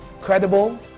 Credible